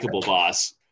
boss